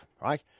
right